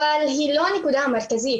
אבל היא לא הנקודה המרכזית